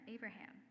Abraham